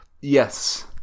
Yes